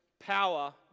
power